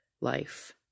life